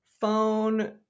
phone